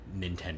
Nintendo